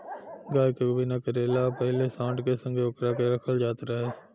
गाय के गोभिना करे ला पाहिले सांड के संघे ओकरा के रखल जात रहे